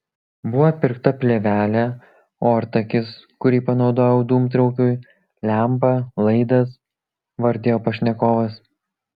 buvo pirkta plėvelė ortakis kurį panaudojau dūmtraukiui lempa laidas vardijo pašnekovas